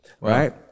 Right